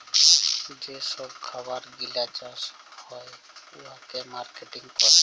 যে ছব খাবার গিলা চাষ হ্যয় উয়াকে মার্কেটিং ক্যরে